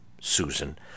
Susan